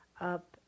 up